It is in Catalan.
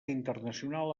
internacional